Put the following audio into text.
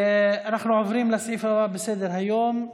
אנחנו עוברים לסעיף הבא על סדר-היום.